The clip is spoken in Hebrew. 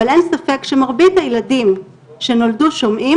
אבל אין ספק שמרבית הילדים שנולדו שומעים